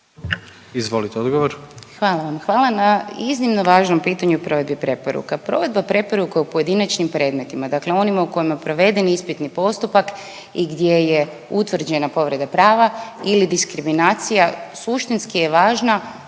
Einwalter, Tena** Hvala vam. Hvala na iznimno važnom pitanju o provedbi preporuka. Provedba preporuka u pojedinačnim predmetima, dakle onima u kojima je proveden ispitni postupak i gdje je utvrđena povreda prava ili diskriminacija, suštinski je važna